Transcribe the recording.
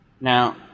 Now